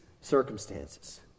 circumstances